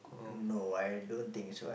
no I don't think so I